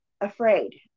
afraid